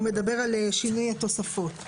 הוא מדבר על שינוי התוספות.